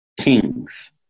kings